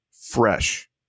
fresh